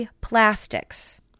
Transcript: plastics